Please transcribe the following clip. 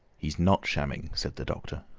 he's not shamming, said the doctor,